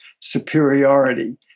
superiority